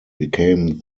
became